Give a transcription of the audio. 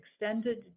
extended